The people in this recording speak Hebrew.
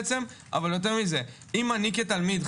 אבל יותר מזה אם אני כתלמיד,